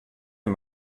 and